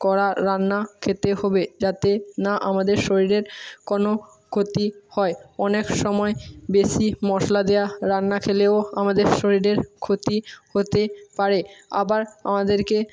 করা রান্না খেতে হবে যাতে না আমাদের শরীরের কোনো ক্ষতি হয় অনেক সময় বেশি মশলা দেওয়া রান্না খেলেও আমাদের শরীরের ক্ষতি হতে পারে আবার আমাদেরকে